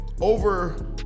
Over